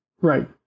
right